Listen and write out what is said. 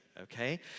okay